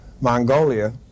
Mongolia